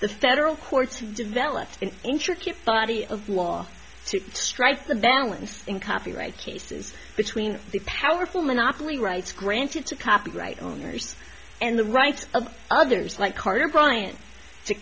the federal courts have developed an intricate body of law to strike the balance in copyright cases between the powerful monopoly rights granted to copyright owners and the rights of others like carter bryant to